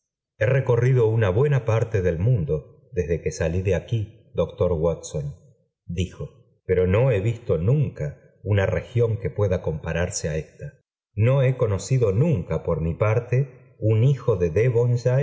he recorrido una buena parte del mundo desde que salí de aquí doctor watson dijo pero no he visto nunca una región que pueda compararse á ésta no he conocido nunca por mi parte un hijo de